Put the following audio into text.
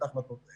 האופציה